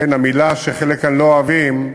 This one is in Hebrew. המילה שחלק כאן לא אוהבים,